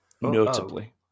Notably